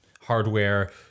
hardware